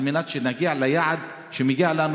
על מנת שנגיע ליעד שמגיע לנו,